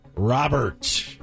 Robert